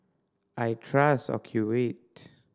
I trust Ocuvite